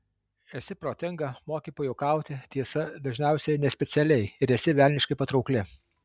esi protinga moki pajuokauti tiesa dažniausiai nespecialiai ir esi velniškai patraukli